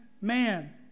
man